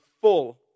full